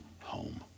home